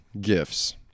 Gifts